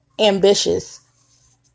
ambitious